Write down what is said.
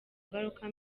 ngaruka